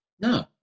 No